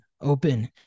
open